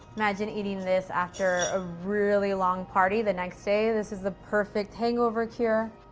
imagine eating this after a really long party the next day. this is the perfect hangover cure.